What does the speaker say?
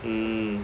um